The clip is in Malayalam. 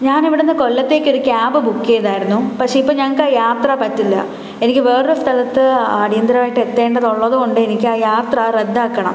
ഞാനിവിടെ നിന്ന് കൊല്ലത്തേക്കൊരു ക്യാബ് ബുക്ക് ചെയ്തിരുന്നു പക്ഷെ ഇപ്പം ഞങ്ങൾക്ക് ആ യാത്ര പറ്റില്ല എനിക്ക് വേറെയൊരു സ്ഥലത്ത് അടിയന്തരമായിട്ട് എത്തേണ്ടത് ഉള്ളതുകൊണ്ട് എനിക്ക് ആ യാത്ര റദ്ദാക്കണം